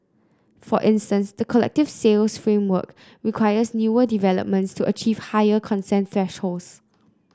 for instance the collective sales framework requires newer developments to achieve higher consent thresholds